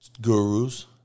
gurus